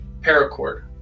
Paracord